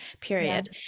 period